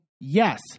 yes